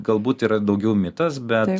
galbūt yra daugiau mitas bet